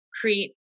create